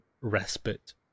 respite